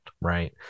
right